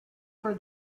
for